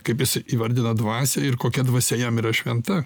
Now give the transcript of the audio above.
kaip jis įvardina dvasią ir kokia dvasia jam yra šventa